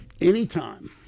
Anytime